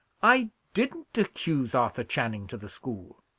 i didn't accuse arthur channing to the school.